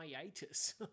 hiatus